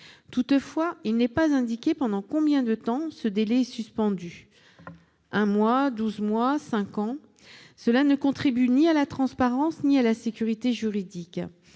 Toutefois, il n'est pas indiqué pendant combien de temps ce délai est suspendu : un mois, douze mois, cinq ans ? Cela ne contribue ni à la transparence ni à la sécurité juridique.